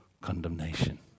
condemnation